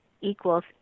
equals